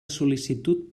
sol·licitud